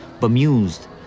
bemused